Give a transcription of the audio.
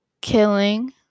killing